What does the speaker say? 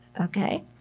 Okay